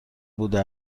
بوده